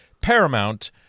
Paramount